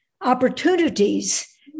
opportunities